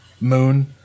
moon